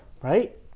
Right